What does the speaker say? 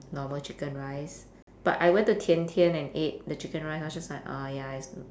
normal chicken rice but I went to tian tian and ate the chicken rice I was just like uh ya it's